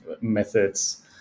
methods